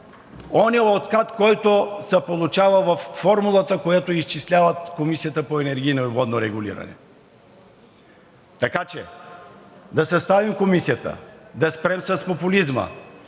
онзи откат, който се получава във формулата, която изчислява Комисията за енергийно и водно регулиране. Така че да съставим Комисията, да спрем с популизма,